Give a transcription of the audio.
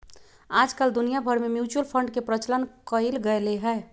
आजकल दुनिया भर में म्यूचुअल फंड के प्रचलन कइल गयले है